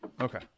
Okay